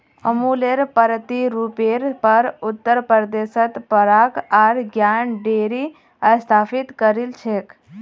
अमुलेर प्रतिरुपेर पर उत्तर प्रदेशत पराग आर ज्ञान डेरी स्थापित करील छेक